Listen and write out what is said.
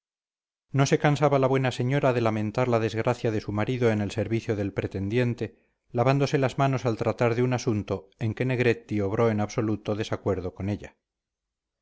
no se cansaba la buena señora de lamentar la desgracia de su marido en el servicio del pretendiente lavándose las manos al tratar de un asunto en que negretti obró en absoluto desacuerdo con ella